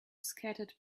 scattered